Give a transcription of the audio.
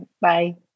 Bye